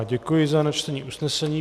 Děkuji za načtení usnesení.